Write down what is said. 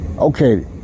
Okay